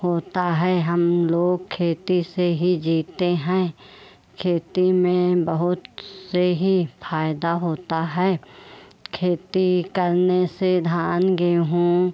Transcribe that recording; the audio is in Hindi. होता है हम लोग खेती से ही जीते हैं खेती में बहुत से ही फ़ायदा होता है खेती करने से धान गेहूँ